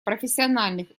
профессиональных